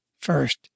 first